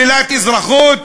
שלילת אזרחות?